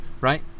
Right